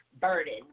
burden